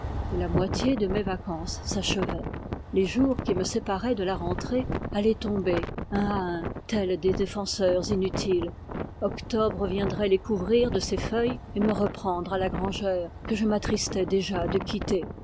et la moitié de mes vacances s'achevait les jours qui me séparaient de la rentrée allaient tomber un à un tels des défenseurs inutiles octobre viendrait les couvrir de ses feuilles et me reprendre à la grangère que je m'attristais déjà de quitter